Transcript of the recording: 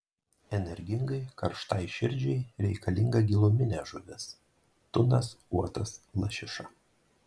energingai karštai širdžiai reikalinga giluminė žuvis tunas uotas lašiša